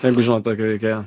jeigu žinot tokį veikėją